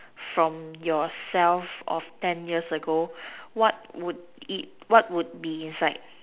from yourself of ten years ago what would it what would be inside